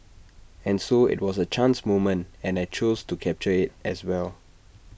and so IT was A chance moment and I chose to capture IT as well